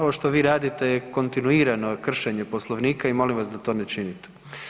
Ovo što vi radite je kontinuirano kršenje Poslovnika i molim vas da to ne činite.